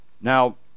now